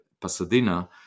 pasadena